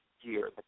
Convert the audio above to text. year